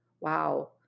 wow